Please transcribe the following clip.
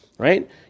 Right